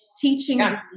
teaching